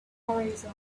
horizon